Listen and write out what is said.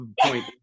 point